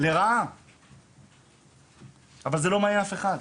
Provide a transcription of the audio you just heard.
אבל זה לא מעניין אף אחד.